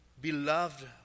beloved